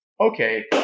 okay